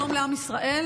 שלום לעם ישראל,